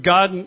God